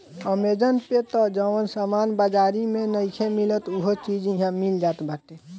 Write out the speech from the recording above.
Amazon पे तअ जवन सामान बाजारी में नइखे मिलत उहो चीज इहा मिल जात बाटे